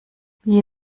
wie